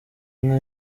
inka